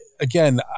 Again